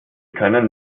können